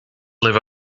live